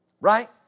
Right